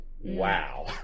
wow